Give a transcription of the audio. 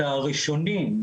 את הראשונים,